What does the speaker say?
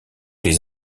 les